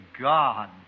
God